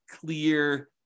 clear